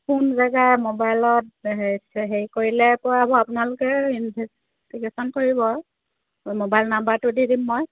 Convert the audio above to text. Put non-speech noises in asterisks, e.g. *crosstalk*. কোন জেগাৰ মোবাইলত *unintelligible* হেৰি কৰিলে আপোনালোকে ইনভেষ্টিগেশ্যন কৰিব মোবাইল নাম্বাৰটো দি দিম মই